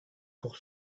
pour